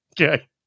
Okay